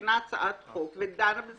מכינה הצעת חוק, היא